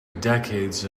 decades